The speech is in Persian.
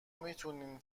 میتونین